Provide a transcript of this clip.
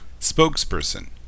Spokesperson